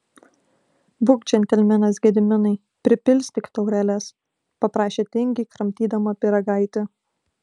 būk džentelmenas gediminai pripilstyk taureles paprašė tingiai kramtydama pyragaitį